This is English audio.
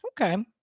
Okay